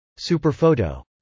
Superphoto